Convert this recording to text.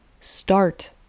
start